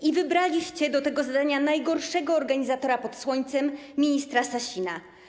I wybraliście do tego zadania najgorszego organizatora pod słońcem - ministra Sasina.